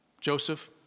Joseph